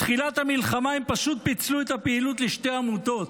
בתחילת המלחמה הם פשוט פיצלו את הפעילות לשתי עמותות,